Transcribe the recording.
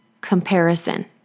comparison